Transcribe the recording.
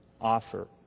offer